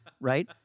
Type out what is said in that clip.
right